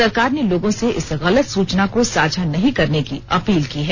सरकार ने लोगों से इस गलत सूचना को साझा नहीं करने की अपील की है